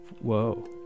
whoa